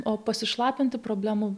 o pasišlapinti problemų